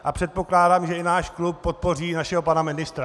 A předpokládám, že i náš klub podpoří našeho pana ministra.